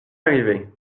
arrivé